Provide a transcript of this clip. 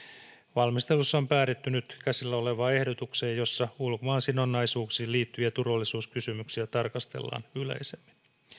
valmistelussa on päädytty nyt käsillä olevaan ehdotukseen jossa ulkomaansidonnaisuuksiin liittyviä turvallisuuskysymyksiä tarkastellaan yleisemmin